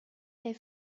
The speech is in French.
est